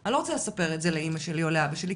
אני לא רוצה לספר את זה לאמא שלי או לאבא שלי,